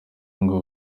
ngo